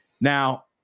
Now